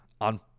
on